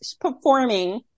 performing